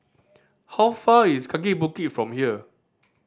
how far is Kaki Bukit from here